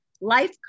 life